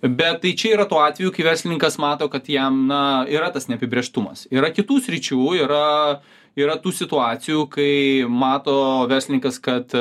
bet tai čia yra tuo atveju kai verslininkas mato kad jam na yra tas neapibrėžtumas yra kitų sričių yra yra tų situacijų kai mato verslininkas kad